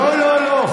לא, לא.